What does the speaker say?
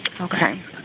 Okay